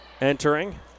entering